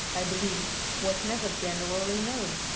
i believe, was never generally known.